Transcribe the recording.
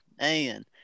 man